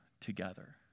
together